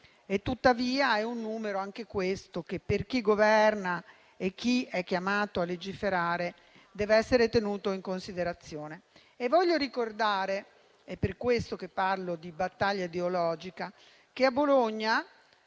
tuttavia è un numero, questo, che da chi governa e chi è chiamato a legiferare deve essere tenuto in considerazione. Voglio ricordare - è per questo che parlo di battaglia ideologica - che a Bologna,